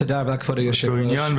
באותו עניין.